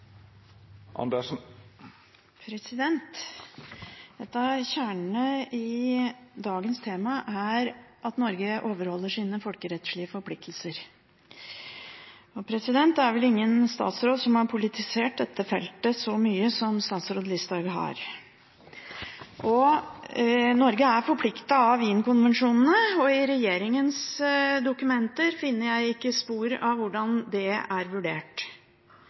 av kjernen i dagens tema er at Norge overholder sine folkerettslige forpliktelser. Det er vel ingen statsråd som har politisert dette feltet så mye som statsråd Listhaug har. Norge er forpliktet av Wien-konvensjonen, og i regjeringens dokumenter finner jeg ikke spor av hvordan det er vurdert.